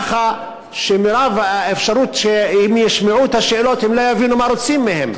כך שאפשרי ביותר שאם הם ישמעו את השאלות הם לא יבינו מה רוצים מהם,